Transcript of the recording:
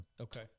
Okay